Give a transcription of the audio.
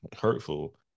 hurtful